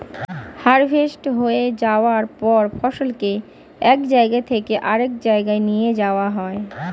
harvest হয়ে যাওয়ার পর ফসলকে এক জায়গা থেকে আরেক জায়গায় নিয়ে যাওয়া হয়